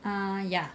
ah ya